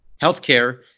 Healthcare